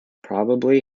probably